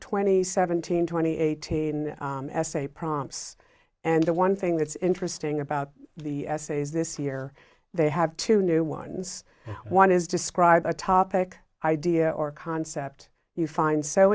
twenty seventeen twenty eighteen essay prompts and the one thing that's interesting about the essays this year they have two new ones one is describe a topic idea or concept you find so